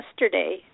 yesterday